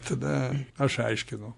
tada aš aiškinu